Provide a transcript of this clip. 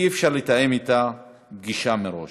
אי-אפשר לתאם אתה פגישה מראש.